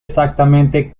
exactamente